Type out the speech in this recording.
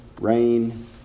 rain